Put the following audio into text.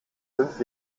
fünf